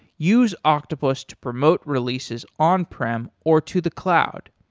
use octopus to promote releases on prem or to the cloud.